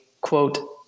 quote